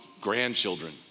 grandchildren